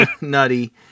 nutty